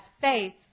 faith